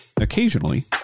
occasionally